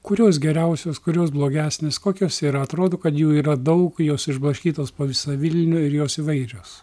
kurios geriausios kurios blogesnis kokios yra atrodo kad jų yra daug jos išblaškytos po visą vilnių ir jos įvairios